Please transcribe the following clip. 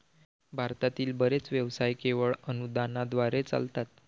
भारतातील बरेच व्यवसाय केवळ अनुदानाद्वारे चालतात